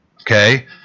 Okay